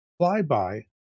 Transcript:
flyby